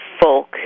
folk